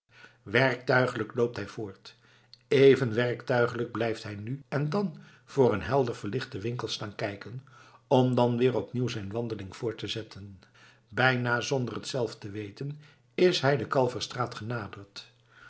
werktuigelijk loopt hij voort even werktuigelijk blijft hij nu en dan voor een helder verlichten winkel staan kijken om dan weer opnieuw zijn wandeling voort te zetten bijna zonder het zelf te weten is hij de